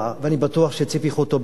ואני בטוח שציפי חוטובלי,